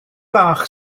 bach